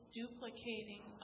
duplicating